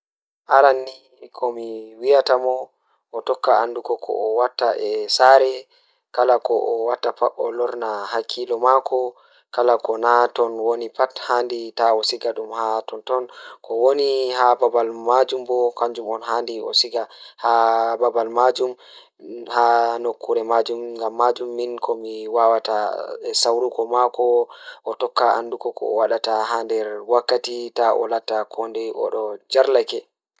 Aran ni komi wiyataa mo o tokka andugo ko owadata So mbaɗɗo maa ena yiya waɗtude ko ɓuri cuɓaare e jokkondirde caɗeele e waɗndiraaɗi ngam ngam. Miɗo waɗtiraa: Yo anndu goɗɗi caɗeele nder wuro maa kala yimi. Yo waɗtu jamiraa kooɗe maa ɗooɓon ngam njokki waɗndiraaɗi maa e ɗe waɗtu ngoni ndombu maa. Yo kulnii fuu waɗtu haɓɓinde caɗeele ɗe njibɓi e ngun anndi ɗum. Yo waɗtu galɓude sabu no woni faaɓtirde wuro ngam ceertu maa.